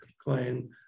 claim